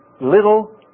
little